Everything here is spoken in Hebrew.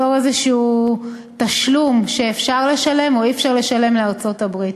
בתור תשלום כלשהו שאפשר לשלם או אי-אפשר לשלם לארצות-הברית.